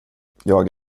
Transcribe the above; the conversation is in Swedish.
jag